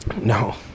No